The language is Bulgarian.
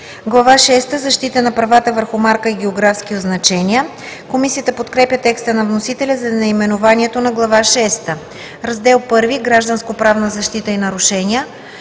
шеста – Защита на правата върху марки и географски означения“. Комисията подкрепя текста на вносителя за наименованието на Глава шеста. „Раздел I – Гражданскоправна защита и нарушения“.